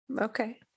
Okay